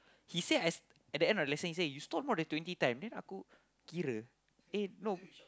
he said I s~ at the end of the lesson you stall more than twenty times then aku kira eh no